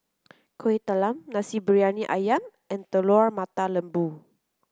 Kuih Talam Nasi Briyani Ayam and Telur Mata Lembu